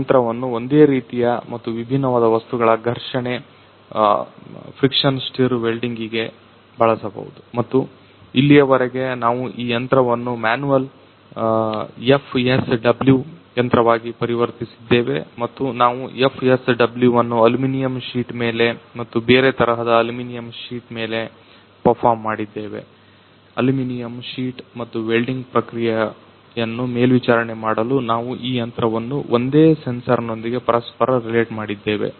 ಈ ಯಂತ್ರವನ್ನು ಒಂದೇ ರೀತಿಯ ಮತ್ತು ಭಿನ್ನವಾದ ವಸ್ತುಗಳ ಘರ್ಷಣೆ ಸ್ಟಿರ್ ವೆಲ್ಡಿಂಗ್ಗೆ ಬಳಸಬಹುದು ಮತ್ತು ಇಲ್ಲಿಯವರೆಗೆ ನಾವು ಈ ಯಂತ್ರವನ್ನು ಮ್ಯಾನುಯಲ್ ಎಫ್ಎಸ್ಡಬ್ಲ್ಯೂ ಯಂತ್ರವಾಗಿ ಪರಿವರ್ತಿಸಿದ್ದೇವೆ ಮತ್ತು ನಾವು ಎಫ್ಎಸ್ಡಬ್ಲ್ಯೂ ಅನ್ನು ಅಲ್ಯೂಮಿನಿಯಂ ಶೀಟ್ ಮೇಲೆ ಮತ್ತು ಬೇರೆ ತರಹದ ಅಲ್ಯೂಮಿನಿಯಂ ಶೀಟ್ ಮೇಲೆ ಪರ್ಫಾರ್ಮ್ ಮಾಡಿದ್ದೇವೆ ಅಲ್ಯೂಮಿನಿಯಂ ಶೀಟ್ ಮತ್ತು ವೆಲ್ಡಿಂಗ್ ಪ್ರಕ್ರಿಯೆಯನ್ನು ಮೇಲ್ವಿಚಾರಣೆ ಮಾಡಲು ನಾವು ಈ ಯಂತ್ರವನ್ನು ಒಂದೇ ಸೆನ್ಸರ್ ನೊಂದಿಗೆ ಪರಸ್ಪರ ರಿಲೇಟ್ ಮಾಡಿದ್ದೇವೆ